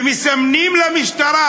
ומסמנים למשטרה: